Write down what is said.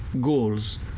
goals